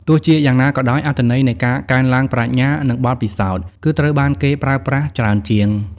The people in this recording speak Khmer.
ទោះជាយ៉ាងណាក៏ដោយ អត្ថន័យនៃការកើនឡើងប្រាជ្ញា និងបទពិសោធន៍ គឺត្រូវបានគេប្រើប្រាស់ច្រើនជាង។